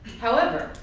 however,